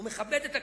הוא מכבד את הכנסת.